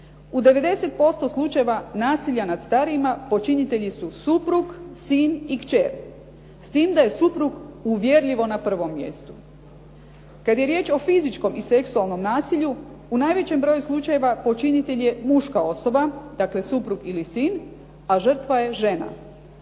U 90% slučajeva nasilja nad starijima počinitelji su suprug, sin i kćer. S time da je suprug uvjerljivo na prvom mjestu. Kada je riječ o fizičkom i seksualnom nasilju u najvećem broju slučajeva počinitelj je muška osoba, dakle suprug ili sin, a žrtva je žena.